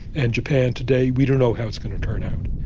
and japan today, we don't know how it's going to turn out.